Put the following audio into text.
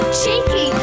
cheeky